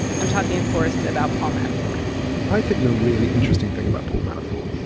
i'm talking, of course, about paul manafort i think the really interesting thing about paul manafort